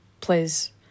plays